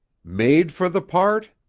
made for the part?